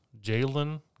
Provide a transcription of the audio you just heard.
Jalen